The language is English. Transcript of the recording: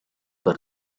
for